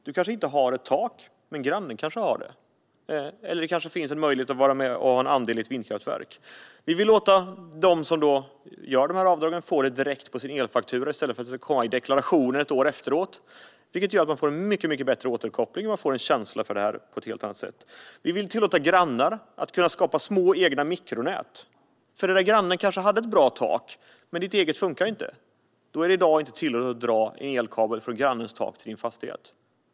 Man kanske inte har ett lämpligt tak, men grannen har det. Det kanske finns en möjlighet att vara med och äga en andel i ett vindkraftverk. Vi vill låta dem som gör avdragen få dem direkt på sin elfaktura i stället för att de ska komma i deklarationen ett år efteråt. Det gör att de får en mycket bättre återkoppling och en känsla för det hela på ett helt annat sätt. Vi vill tillåta grannar att skapa små egna mikronät. Den där grannen kanske hade ett bra tak, men ens eget funkar inte. Då är det i dag inte tillåtet att dra en elkabel från grannens tak till din fastighet.